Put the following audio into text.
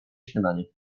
śniadanie